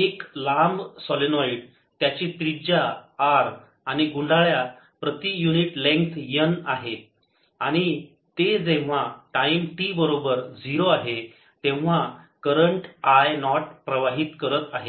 एक लांब सोलेनोएड त्याची त्रिज्या r आणि गुंडाळ्या प्रति युनिट लेन्थ n आहे आणि ते जेव्हा टाईम t बरोबर 0 आहे तेव्हा करंट I नॉट प्रवाहित करत आहे